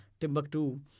Timbuktu